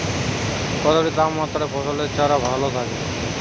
কত ডিগ্রি তাপমাত্রায় ফসলের চারা ভালো থাকে?